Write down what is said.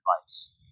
advice